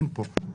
אין פה,